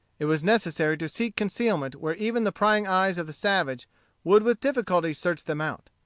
it was necessary to seek concealment where even the prying eyes of the savage would with difficulty search them out.